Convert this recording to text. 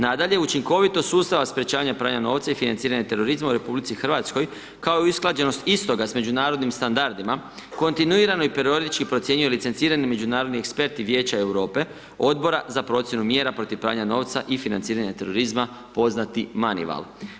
Nadalje, učinkovitost sustava sprječavanje pranja novca i financiranje terorizma u RH, kao i usklađenost istoga sa međunarodnim standardima, kontinuirano i periodički procjenjuje licencirani međunarodni ekspert i Vijeća Europe, odbora za procjenu mjera protiv pranja novca i financiranje terorizma poznati Manival.